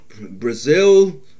Brazil